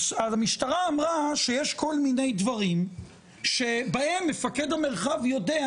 המשטרה אמרה שיש כל מיני דברים שבהם מפקד המרחב יודע,